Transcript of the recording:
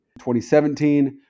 2017